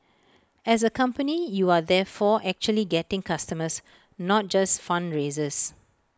as A company you are therefore actually getting customers not just fundraisers